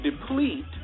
deplete